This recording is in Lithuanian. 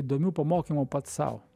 įdomių pamokymų pats sau